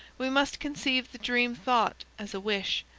we must conceive the dream thought as a wish,